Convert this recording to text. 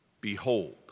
Behold